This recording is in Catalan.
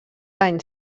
anys